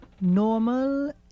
Normal